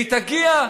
והיא תגיע,